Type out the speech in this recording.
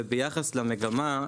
וביחס למגמה,